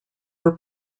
were